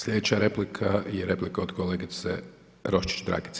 Sljedeća replika je replika od kolegice Roščić Dragice.